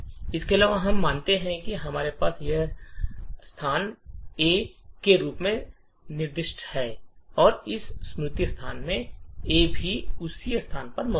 इसके अलावा हम मानते हैं कि हमारे पास यह स्थान ए के रूप में निर्दिष्ट है और इस स्मृति स्थान में ए भी उसी स्थान पर मौजूद है